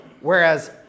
whereas